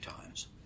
times